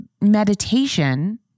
meditation